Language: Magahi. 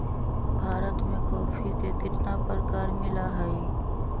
भारत में कॉफी के कितना प्रकार मिला हई?